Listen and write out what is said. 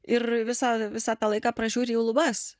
ir visą visą tą laiką pažiūri į lubas